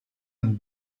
and